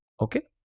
Okay